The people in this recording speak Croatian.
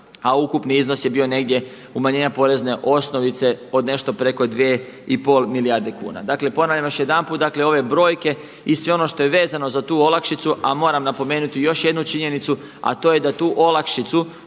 a ukupni iznos je bio negdje umanjenja porezne osnovice od nešto preko 2 i pol milijarde kuna. Dakle, ponavljam još jedanput. Dakle, ove brojke i sve ono što je vezano za tu olakšicu, a moram napomenuti još jednu činjenicu, a to je da tu olakšicu